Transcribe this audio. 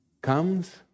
comes